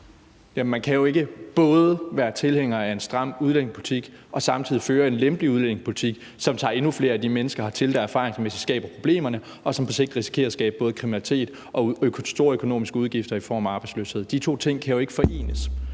Man kan jo ikke både være tilhænger af en stram udlændingepolitik og samtidig føre en lempelig udlændingepolitik, som tager endnu flere af de mennesker hertil, der erfaringsmæssigt skaber problemerne, og som vi på sigt risikerer skaber både kriminalitet og store økonomiske udgifter i form af arbejdsløshed. De to ting kan jo ikke forenes.